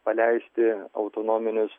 paleisti autonominius